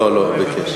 לא.